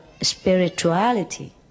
spirituality